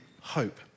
hope